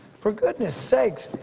for goodness sakes,